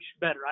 better